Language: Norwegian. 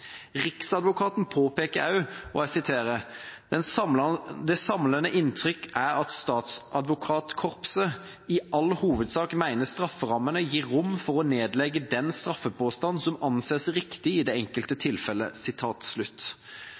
Riksadvokaten påpeker også: «Det samlede inntrykk er at statsadvokatkorpset i all hovedsak mener strafferammene gir rom for å nedlegge den straffepåstand som anses riktig i den enkelte sak.» Jeg kan ikke se at proposisjonen regjeringa la fram, synliggjorde dette på en god måte. Det